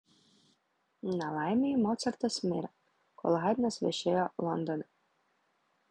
nelaimei mocartas mirė kol haidnas viešėjo londone